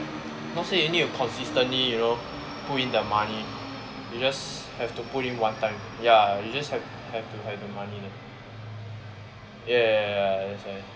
not say you need to consistently you know put in the money you just have to put in one time ya you just have have to the money ya ya ya ya that's why